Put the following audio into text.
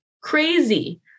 crazy